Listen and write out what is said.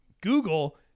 Google